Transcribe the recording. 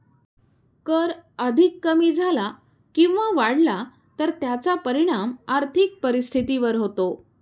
कर अधिक कमी झाला किंवा वाढला तर त्याचा परिणाम आर्थिक परिस्थितीवर होतो